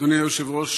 אדוני היושב-ראש,